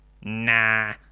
Nah